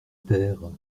terre